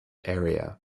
area